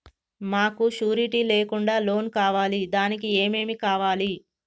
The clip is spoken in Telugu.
మాకు షూరిటీ లేకుండా లోన్ కావాలి దానికి ఏమేమి కావాలి?